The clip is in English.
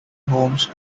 homes